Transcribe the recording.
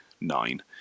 nine